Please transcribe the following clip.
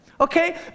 okay